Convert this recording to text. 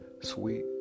sweet